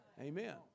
Amen